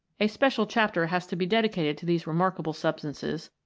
a special chapter has to be dedicated to these remarkable substances,